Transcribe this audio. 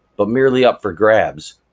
but merely up for grabs.